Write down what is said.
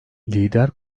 lider